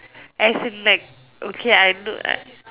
as in like okay I know I